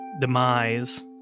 demise